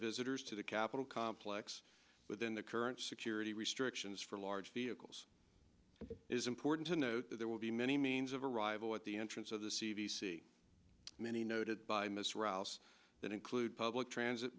visitors to the capitol complex within the current security restrictions for large vehicles is important to note that there will be many means of arrival at the entrance of the c d c many noted by miss rouse that include public transit